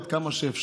עד כמה שאפשר,